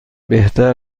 بهتر